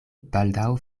baldaŭ